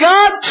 God